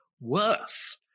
worth